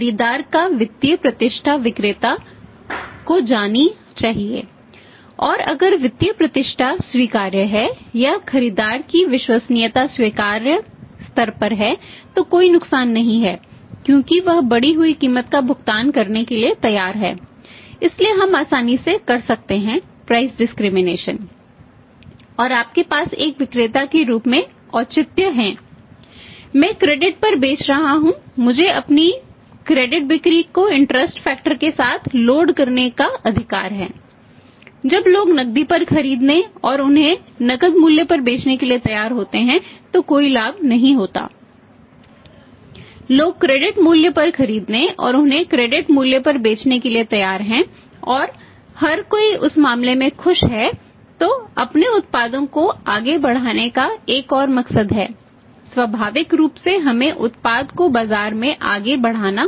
खरीदार की वित्तीय प्रतिष्ठा विक्रेता को जानी चाहिए और अगर वित्तीय प्रतिष्ठा स्वीकार्य है या खरीदार की विश्वसनीयता स्वीकार्य स्तर पर है तो कोई नुकसान नहीं है क्योंकि वह बढ़ी हुई कीमत का भुगतान करने के लिए तैयार है इसलिए हम आसानी से कर सकते हैं प्राइस डिस्क्रिमिनेशन करने का अधिकार है जब लोग नकदी पर खरीदने और उन्हें नकद मूल्य पर बेचने के लिए तैयार होते हैं तो कोई लाभ नहीं होता है